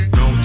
no